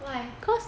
why